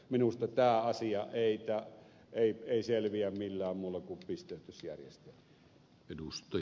minusta tämä asia ei selviä millään muulla kuin pisteytysjärjestelmällä